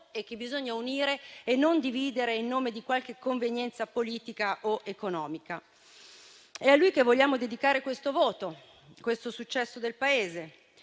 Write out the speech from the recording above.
e che bisogna unire e non dividere in nome di qualche convenienza politica o economica. È a lui che vogliamo dedicare questo voto e questo successo del Paese.